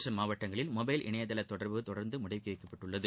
மற்ற மாவட்டங்களில் மொபைல் இணையதள தொடர்பு தொடர்ந்து முடக்கி வைக்கப்பட்டுள்ளது